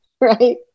Right